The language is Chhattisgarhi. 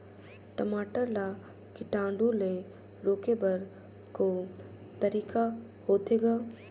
टमाटर ला कीटाणु ले रोके बर को तरीका होथे ग?